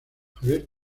javier